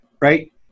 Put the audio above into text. right